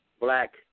Black